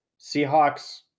Seahawks